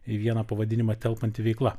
į vieną pavadinimą telpanti veikla